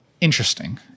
interesting